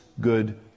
good